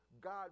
God